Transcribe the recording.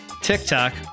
TikTok